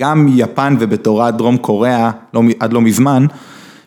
‫גם מיפן ובתורת דרום קוריאה, ‫עד לא מזמן.